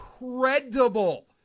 incredible